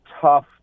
tough